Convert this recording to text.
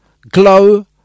Glow